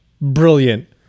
brilliant